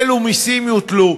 אילו מסים יוטלו,